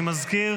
אני מזכיר: